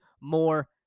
more